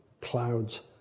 clouds